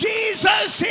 Jesus